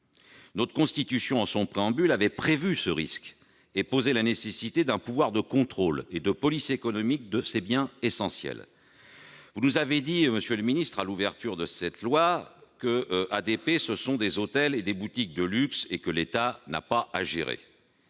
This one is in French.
Notre Constitution, en son préambule, avait prévu ce risque, et posé la nécessité d'un pouvoir de contrôle et de police économique de ces biens essentiels. Vous nous avez dit, monsieur le ministre, au commencement de l'examen de cette loi, qu'ADP, ce sont des hôtels et des boutiques de luxe, que l'État n'a pas à gérer.